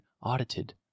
audited